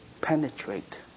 penetrate